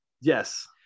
Yes